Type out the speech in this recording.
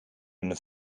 een